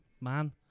man